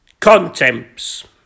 Contemps